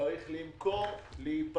צריך למכור ולהיפטר מזה.